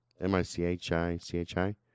M-I-C-H-I-C-H-I